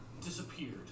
disappeared